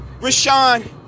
rashawn